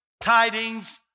tidings